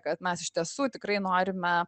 kad mes iš tiesų tikrai norime